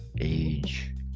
age